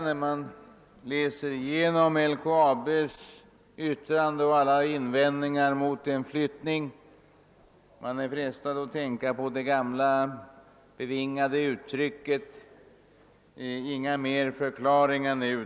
När man läser igenom LKAB:s yttrande och alla invändningar däri mot en flyttning, är man frestad att tänka på det gamla bevingade uttrycket: »Inga förklaringar!